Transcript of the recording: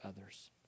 others